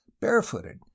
barefooted